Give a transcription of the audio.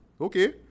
okay